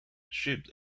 ships